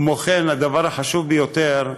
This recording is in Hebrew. כמו כן, הדבר החשוב ביותר: